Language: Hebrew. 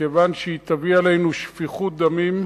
מכיוון שהיא תביא עלינו שפיכות דמים,